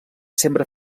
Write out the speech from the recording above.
sempre